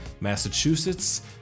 Massachusetts